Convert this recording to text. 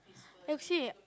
I've seen it